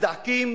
שופטים נגועים